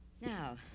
Now